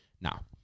Now